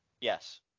Yes